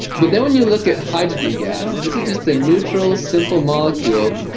but then when you look at hydrogen gas this is just a neutral, simple molecule,